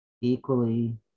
equally